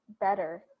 better